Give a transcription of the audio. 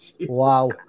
Wow